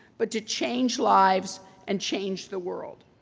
but to change lives and change the world.